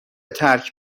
ترک